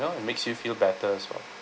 you know it makes you feel better as well